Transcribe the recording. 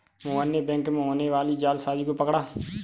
मोहन ने बैंक में होने वाली जालसाजी को पकड़ा